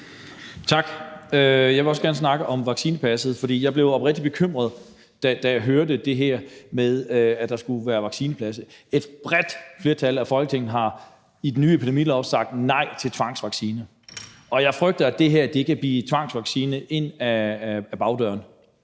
Tak. Jeg vil også gerne snakke om vaccinepasset, for jeg blev oprigtigt bekymret, da jeg hørte det her med, at der skulle være vaccinepas. Et bredt flertal i Folketinget har med den nye epidemilov sagt nej til tvangsvaccination, og jeg frygter, at det her kan blive tvangsvaccination ind ad bagdøren.